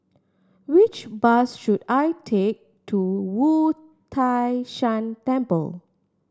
which bus should I take to Wu Tai Shan Temple